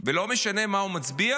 ולא משנה מה הוא מצביע,